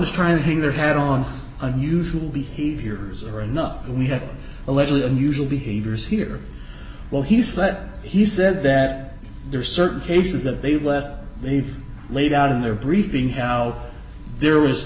hang their hat on unusual behaviors or not we have allegedly unusual behaviors here well he said he said that there are certain cases that they let they've laid out in their briefing how there was